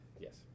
Yes